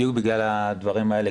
בדיוק בגלל הדברים האלה,